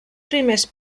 primers